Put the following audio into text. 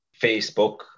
Facebook